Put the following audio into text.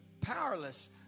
powerless